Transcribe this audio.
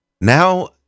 Now